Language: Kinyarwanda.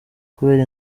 kubera